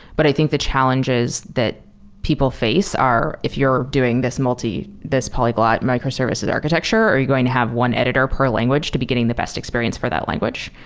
but i think the challenges that people face if you're doing this multi, this polyglot microservices architecture or you're going to have one editor per language to be getting the best experience for that language.